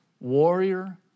warrior